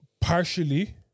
Partially